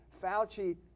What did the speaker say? Fauci